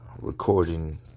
recording